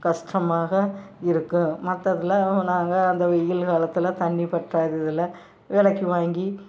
கஷ்டமாக இருக்கும் மற்றதெல்லாம் நாங்கள் அந்த வெயில் காலத்தில் தண்ணி பற்றாததால விலைக்கு வாங்கி